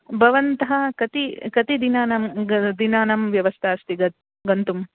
भवतः कति कति दिनानां दिनानां व्यवस्था अस्ति ग गन्तुम्